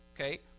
Okay